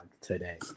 today